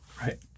Right